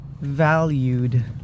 valued